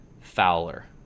Fowler